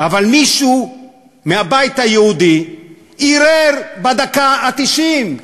אבל מישהו מהבית היהודי ערער בדקה התשעים,